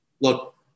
look